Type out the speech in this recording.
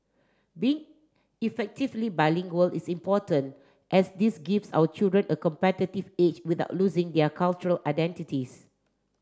being effectively bilingual is important as this gives our children a competitive edge without losing their cultural identities